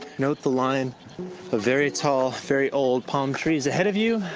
note the line ah very tall, very old palm trees ahead of you.